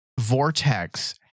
vortex